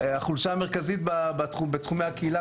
החולשה המרכזית בתחומי הקהילה,